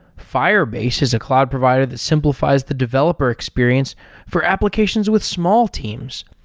firebase is a cloud provider that simplifies the developer experience for applications with small teams.